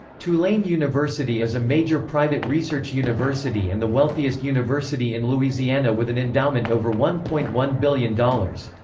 tulane university is a major private research university and the wealthiest university in louisiana with an endowment over one point one billion dollars.